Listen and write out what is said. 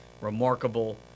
remarkable